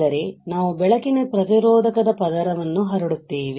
ಅಂದರೆ ನಾವು ಬೆಳಕಿನ ಪ್ರತಿರೋಧಕದ ಪದರವನ್ನು ಹರಡುತ್ತೇವೆ